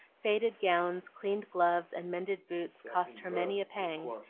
faded gowns, cleaned gloves, and mended boots cost her many a pang,